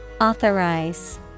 Authorize